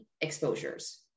exposures